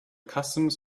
customs